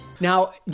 Now